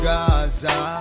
Gaza